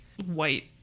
white